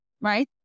right